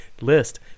list